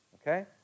okay